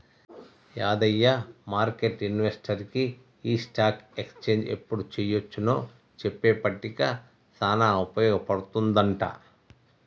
యాదయ్య మార్కెట్లు ఇన్వెస్టర్కి ఈ స్టాక్ ఎక్స్చేంజ్ ఎప్పుడు చెయ్యొచ్చు నో చెప్పే పట్టిక సానా ఉపయోగ పడుతుందంట